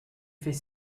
fait